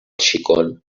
xicon